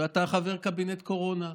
ואתה חבר קבינט קורונה,